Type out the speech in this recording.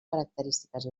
característiques